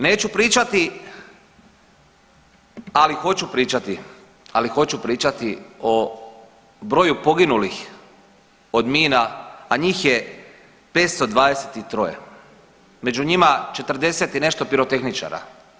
Neću pričati, ali hoću pričati, ali hoću pričati o broju poginulih od mina, a njih je 523, među njima 40 i nešto pirotehničara.